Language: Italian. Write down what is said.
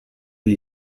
gli